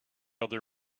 other